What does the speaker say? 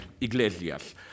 Iglesias